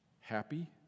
Happy